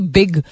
big